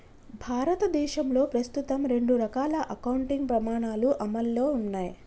భారతదేశంలో ప్రస్తుతం రెండు రకాల అకౌంటింగ్ ప్రమాణాలు అమల్లో ఉన్నయ్